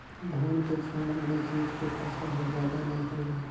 धान के छोयड़ आने चीज के फसल हर जादा नइ होवय